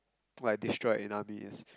like destroyed in army is